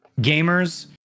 gamers